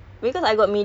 ya